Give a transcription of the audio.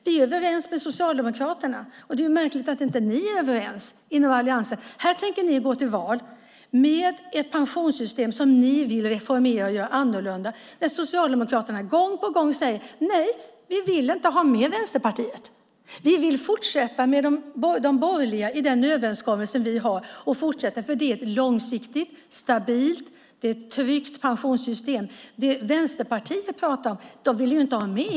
Vi är överens med Socialdemokraterna om det. Det är märkligt att inte ni är överens i er allians. Ni tänker gå till val på att ni vill reformera pensionssystemet och göra det annorlunda, men Socialdemokraterna säger gång på gång: Nej, vi vill inte ha med Vänsterpartiet. Socialdemokraterna vill fortsätta med de borgerliga i den överenskommelse vi har, för det är ett långsiktigt, stabilt och tryggt pensionssystem. Vänsterpartiet vill man inte ha med.